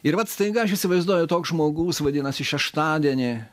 ir vat staiga aš įsivaizduoju toks žmogus vadinasi šeštadienį